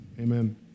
Amen